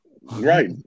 Right